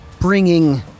bringing